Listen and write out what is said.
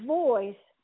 voice